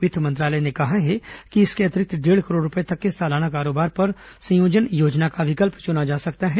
वित्त मंत्रालय ने कहा कि इसके अतिरिक्त डेढ़ करोड़ रुपए तक के सालाना कारोबार पर संयोजन योजना का विकल्प चुना जा सकता है